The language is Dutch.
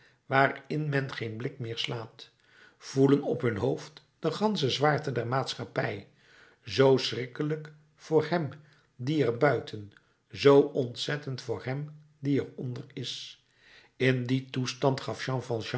waarin men geen blik meer slaat voelen op hun hoofd de gansche zwaarte der maatschappij zoo schrikkelijk voor hem die er buiten zoo ontzettend voor hem die er onder is in dien toestand gaf